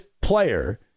player